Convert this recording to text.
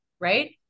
right